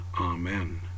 Amen